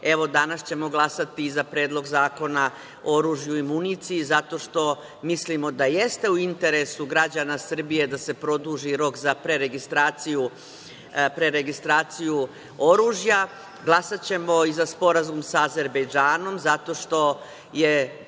Evo, danas ćemo glasati za Predlog zakona o oružju i municiji zato što mislimo da jeste u interesu građana Srbije da se produži rok za preregistraciju oružja. Glasaćemo i za Sporazum sa Azerbejdžanom zato što je